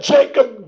Jacob